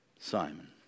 Simon